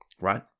right